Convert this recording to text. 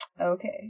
Okay